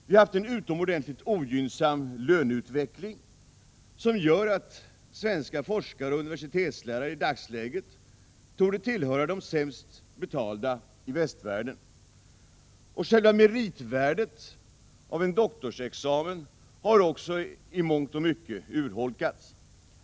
Vi har haft en utomordentligt ogynnsam löneutveckling, som gör att svenska forskare och universitetslärare i dagsläget torde tillhöra de sämst betalda i västvärlden. Själva meritvärdet av doktorsexamen har också i mångt och mycket urholkats.